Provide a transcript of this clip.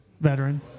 Veteran